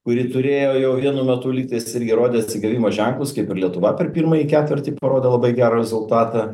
kuri turėjo jau vienu metu lygtais irgi rodė atsigavimo ženklus kaip ir lietuva per pirmąjį ketvirtį parodė labai gerą rezultatą